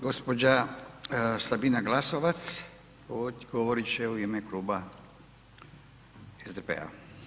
Gospođa Sabina Glasovac govorit će u ime Kluba SDP-a.